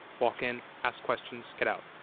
walk in, ask questions, get out.